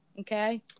Okay